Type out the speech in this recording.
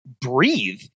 breathe